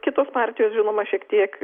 kitos partijos žinoma šiek tiek